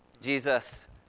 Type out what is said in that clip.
Jesus